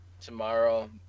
tomorrow